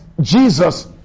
Jesus